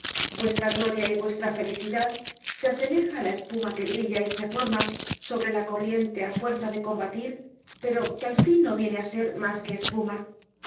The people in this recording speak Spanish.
vuestra gloria y vuestra felicidad se asemeja á la espuma que brilla y se forma sobre la corriente á fuerza de combatir pero que al fin no viene á ser más que espuma